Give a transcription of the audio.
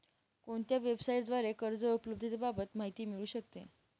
कोणत्या वेबसाईटद्वारे कर्ज उपलब्धतेबाबत माहिती मिळू शकते?